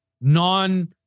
non